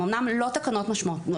הן אומנם לא תקנות מושלמות,